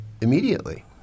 immediately